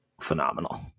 phenomenal